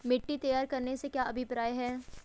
मिट्टी तैयार करने से क्या अभिप्राय है?